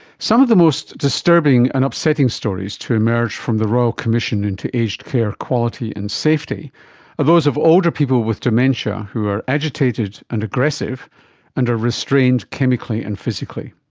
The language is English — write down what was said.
some of the most disturbing and upsetting stories to emerge from the royal commission into aged care quality and safety are those of older people with dementia who are agitated and aggressive and are restrained chemically and physically.